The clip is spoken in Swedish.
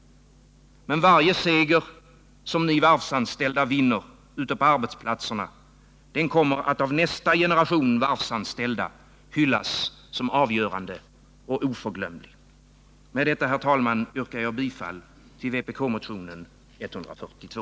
Men varje seger ni varvsanställda vinner ute på arbetsplatserna kommer att av nästa generation varvsanställda hyllas som avgörande och oförglömlig. Med detta, herr talman, yrkar jag bifall till vpk-motionen 142.